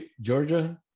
Georgia